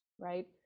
right